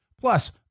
Plus